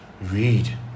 Read